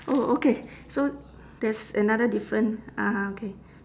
oh okay so there's another different ah ah okay